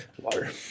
Water